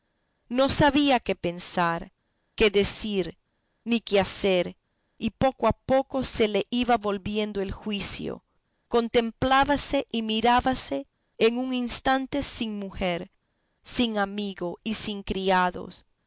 no sabía qué pensar qué decir ni qué hacer y poco a poco se le iba volviendo el juicio contemplábase y mirábase en un instante sin mujer sin amigo y sin criados